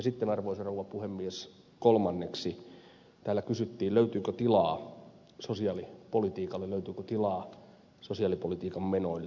sitten arvoisa rouva puhemies kolmanneksi täällä kysyttiin löytyykö tilaa sosiaalipolitiikalle löytyykö tilaa sosiaalipolitiikan menoille